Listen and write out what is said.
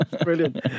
brilliant